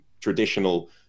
traditional